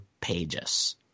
pages